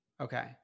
Okay